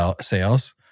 sales